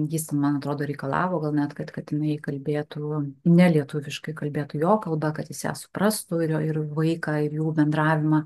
jis man atrodo reikalavo gal net kad kad jinai kalbėtų ne lietuviškai kalbėtų jo kalba kad jis ją suprastų ir vaiką ir jų bendravimą